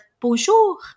Bonjour